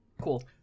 Cool